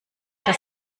das